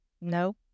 No